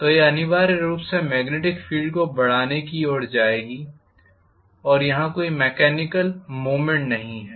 तो यह अनिवार्य रूप से मेग्नेटिक फील्ड को बढ़ाने की ओर जाएगी अगर यहाँ कोई मेकेनिकल मूवमेंट नहीं है